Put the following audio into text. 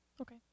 Okay